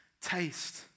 taste